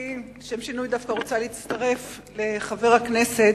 לשם שינוי אני רוצה להצטרף לחבר הכנסת